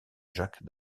jacques